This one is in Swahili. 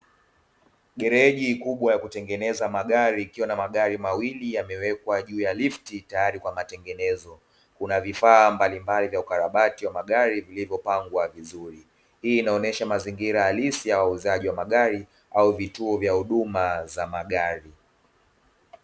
Gereji kubwa ya kutengeneza magari, ikiwa na magari mawili yamewekwa juu ya lifti tayari kwa matengenezo, kuna vifaa mbalimbali vya ukarabati wa magari vilivyopangwa vizuri, hii inaonyesha mazingira halisi ya wauzaji wa magari au vituo vya huduma za magari.